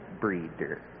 breeder